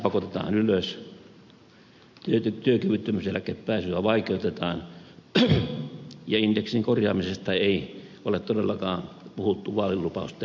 eläköitymis ikää pakotetaan ylös työkyvyttömyyseläkkeelle pääsyä vaikeutetaan ja indeksin korjaamisesta ei ole todellakaan puhuttu vaalilupausten jälkeen